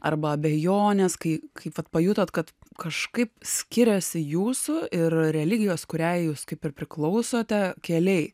arba abejonės kai kaip vat pajutot kad kažkaip skiriasi jūsų ir religijos kuriai jūs kaip ir priklausote keliai